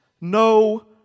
no